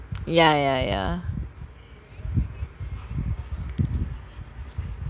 ya ya ya